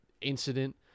incident